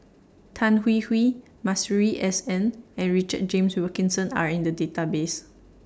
Tan Hwee Hwee Masuri S N and Richard James Wilkinson Are in The Database